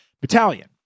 battalion